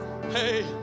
Hey